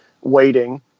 waiting